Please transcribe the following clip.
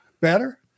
better